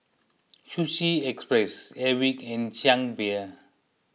Sushi Express Airwick and Chang Beer